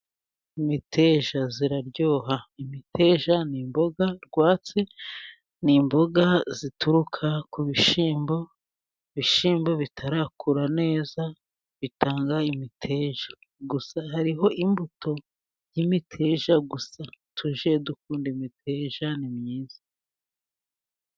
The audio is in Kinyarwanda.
Imiteja iraryoha imiteja ni imboga rwatsi ni imboga zituruka ku bishyimbo, ibishyimbo bitarakura neza bitanga imiteja, gusa hariho imbuto y'imiteja gusa tujye dukunda imiteja ni myiza.